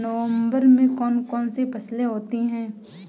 नवंबर में कौन कौन सी फसलें होती हैं?